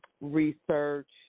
research